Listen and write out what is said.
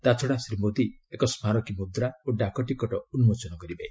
ତା'ଛଡ଼ା ଶ୍ରୀ ମୋଦୀ ଏକ ସ୍ମାରକୀ ମୁଦ୍ରା ଓ ଡାକ ଟିକଟ ଉନ୍ମୋଚନ କରିବେ